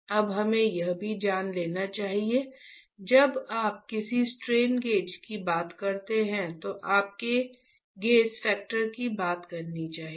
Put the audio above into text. अब हमें यह भी जान लेना चाहिए जब आप किसी स्ट्रेन गेज की बात करते हैं तो आपको गेज फैक्टर की बात करनी चाहिए